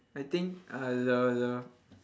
I think uh